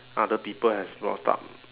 other people has brought up